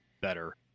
better